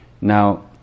Now